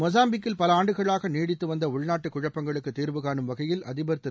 மொஸாம்பிக்கில் பல ஆண்டுகளாக நீடித்து வந்த உள்நாட்டு குழப்பங்களுக்கு தீர்வு கானும் வகையில் அதிபர் திரு